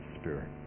spirit